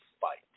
fight